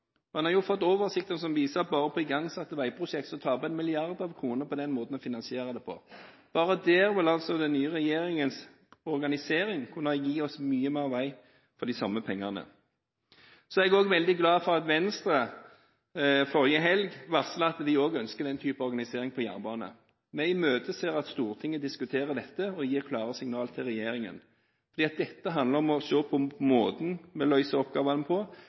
man dem i januar. Man har fått oversikter som viser at bare på igangsatte veiprosjekter taper man milliarder av kroner med den måten å finansiere på. Bare der vil altså den nye regjeringens organisering kunne gi oss mye mer vei for de samme pengene. Så er jeg veldig glad for at Venstre forrige helg varslet at de også ønsker den type organisering på jernbanen. Vi imøteser at Stortinget diskuterer dette og gir klare signal til regjeringen. Dette handler om å se på måten vi løser oppgavene på,